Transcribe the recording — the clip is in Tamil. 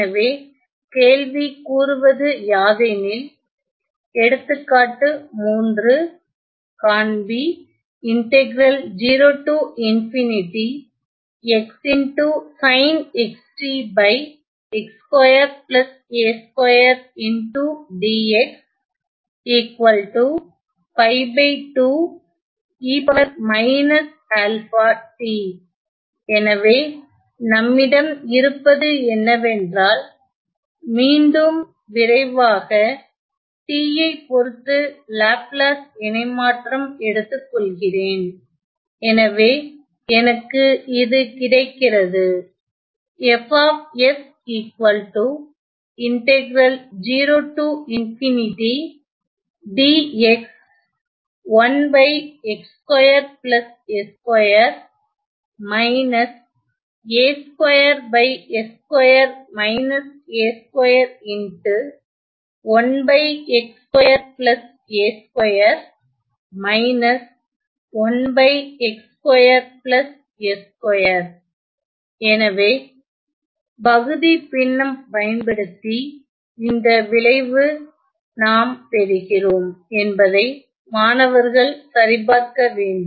எனவே கேள்வி கூறுவது யாதெனில் எடுத்துக்காட்டு 3 காண்பி எனவே நம்மிடம் இருப்பது என்னவென்றால் மீண்டும் விரைவாக t ஐ பொறுத்து லாப்லாஸ் இணைமாற்றம் எடுத்துக்கொள்கிறேன் எனவே எனக்கு இது கிடைக்கிறது எனவே பகுதிப்பின்னம் பயன்படுத்தி இந்த விளைவு ஐ நாம் பெறுகிறோம் என்பதை மாணவர்கள் சரிபார்க்க வேண்டும்